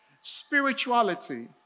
spirituality